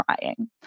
trying